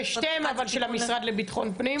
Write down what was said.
אבל שתיהן של המשרד לביטחון פנים?